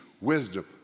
wisdom